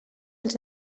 els